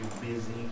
busy